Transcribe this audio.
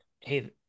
hey